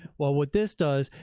well, what this does,